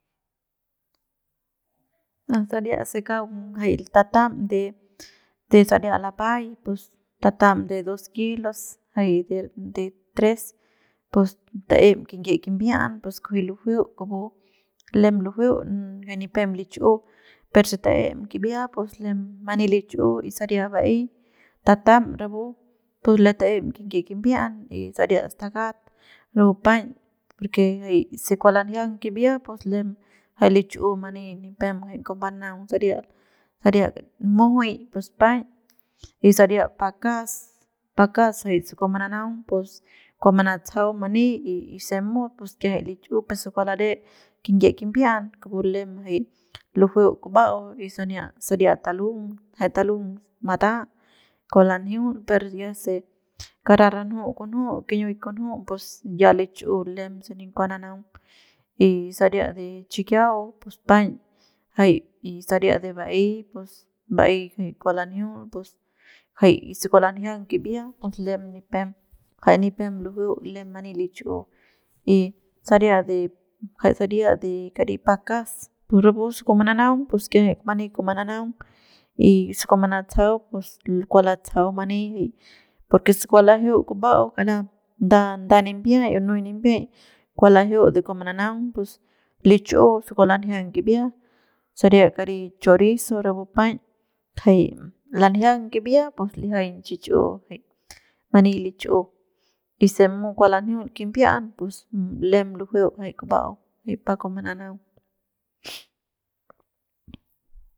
Saria que kaung jay tatam de saria lapay pus tatam de dos kilos jay de de tres pus taem kinyie kimbia'an pus kujuy lujueu kupu lem lujueu y nipem lich'u per si ta'em kibia pus lem mani lich'u y saria ba'ey tatam rapu pus lem taem kinyie kimbia'an y saria stakat rapu paiñ porque se kua lanjiang kibia pus lem jay lich'u mani y nipem jay kua mbanaung saria saria mujuy paiñ y saria pakas jay pakas se kua mananaung pus kua manatsajau mani y se mut pus kiajay lichu'u y se kua lare kinyie kimbi'an kupu lem jay lujueu kuba'au y sania saria talung jay talung mata kua lanjiul pero ya se kara ranju kunju kiñiuy kunju pus ya lichu'u lem se nin kua nanaung y saria de chikiau pus paiñ jay saria de ba'ey ba'ey kua lanjiul pus y se kua lanjiang kibia pus lem nipem jay nipem lujueu lem many lich'u y saria de jay saria de kari pakas pus rapu se kua mananaung pus kiajay mani kua mananaung y se kua manatsajau pus kua latsajau mani porque se kua lajeu kara nda nimbiay o nuy nimbiay kua lajeu de kua mananaung pus lichu se kua lanjiang kibia saria kari chorizo rapu paiñ jay lanjiang kibia pus lijian xichu jay mani lichiu y mu kua lanjiul kimbia'an pus lem lujueu jay kuba'au y pa kua mananaung.